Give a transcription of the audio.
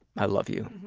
i love you.